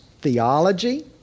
theology